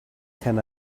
can